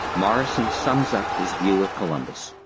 morison sums up his view of columbus